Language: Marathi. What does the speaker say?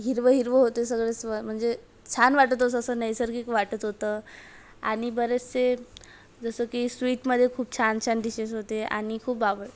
हिरवं हिरवं होतं सगळं स्व म्हणजे छान वाटत असं नैसर्गिक वाटत होतं आणि बरेचसे जसं की स्वीटमध्ये खूप छान छान डिशेस होते आणि खूप आवड